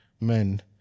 men